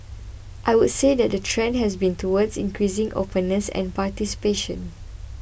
I would say that the trend has been towards increasing openness and participation